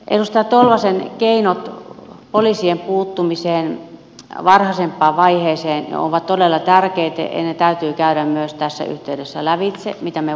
edustaja tolvasen keinot poliisien puuttumiseen varhaisempaan vaiheeseen ovat todella tärkeitä ja ne täytyy käydä myös tässä yhteydessä lävitse mitä me voisimme siellä tehdä